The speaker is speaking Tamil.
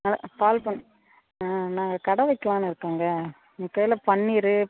பால் பண் நாங்கள் கடை வைக்கலான்னு இருக்கோங்க உங்கள் கடையில் பன்னீர்